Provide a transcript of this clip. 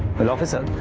well, officer,